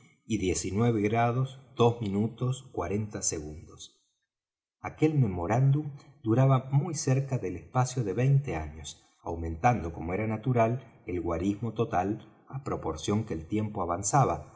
y longitud como y aquel memorándum duraba muy cerca del espacio de veinte años aumentando como era natural el guarismo total á proporción que el tiempo avanzaba